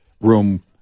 room